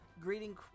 greeting